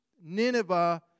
Nineveh